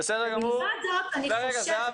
מלבד זאת --- רגע,